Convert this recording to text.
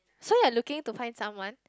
so you are looking to find someone